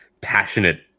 passionate